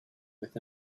with